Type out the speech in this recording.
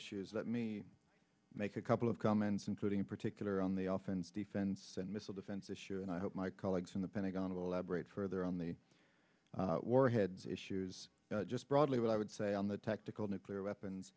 issues that me make a couple of comments including in particular on the all things defense and missile defense issue and i hope my colleagues in the pentagon elaborate further on the warheads issues just broadly what i would say on the tactical nuclear weapons